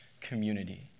community